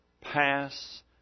pass